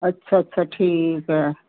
ਅੱਛਾ ਅੱਛਾ ਠੀਕ ਹੈ